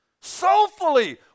soulfully